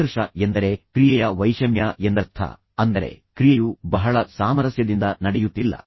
ಸಂಘರ್ಷ ಎಂದರೆ ಕ್ರಿಯೆಯ ವೈಷಮ್ಯ ಎಂದರ್ಥ ಅಂದರೆ ಕ್ರಿಯೆಯು ಬಹಳ ಸಾಮರಸ್ಯದಿಂದ ನಡೆಯುತ್ತಿಲ್ಲ